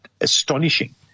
astonishing